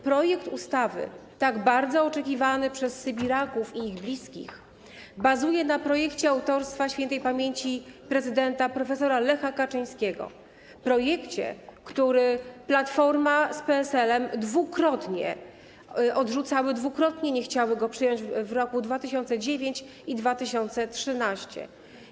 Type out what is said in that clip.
Projekt ustawy, tak bardzo oczekiwany przez sybiraków i ich bliskich, bazuje na projekcie autorstwa śp. prezydenta prof. Lecha Kaczyńskiego, projekcie, który Platforma z PSL-em dwukrotnie odrzucały, dwukrotnie nie chciały go przyjąć, w 2009 r. i 2013 r.